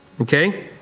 Okay